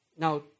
Now